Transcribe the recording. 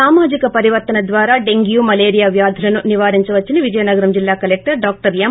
సామాజిక పరివర్తన ద్వారా డెంగ్యూ మలేరియా వ్యాధులను నివారించ వచ్చని విజయనగరం జిల్లా కలెక్టరు డాక్టర్ యం